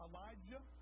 Elijah